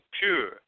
pure